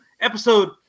Episode